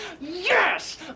Yes